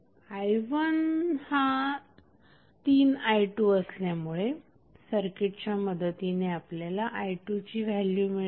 i1हा 3i2असल्यामुळे सर्किटच्या मदतीने आपल्याला i2ची व्हॅल्यु मिळेल